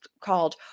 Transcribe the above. called